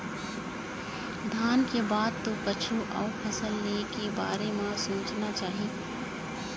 धान के बाद तो कछु अउ फसल ले के बारे म सोचना चाही